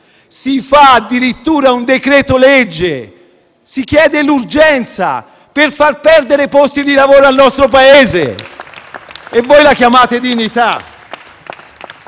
si fa addirittura un decreto-legge, si chiede l'urgenza per far perdere posti di lavoro al nostro Paese e voi parlate di dignità?